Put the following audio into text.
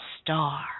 Star